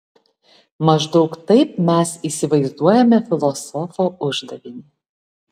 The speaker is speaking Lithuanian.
maždaug taip mes įsivaizduojame filosofo uždavinį